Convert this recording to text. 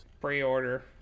Pre-order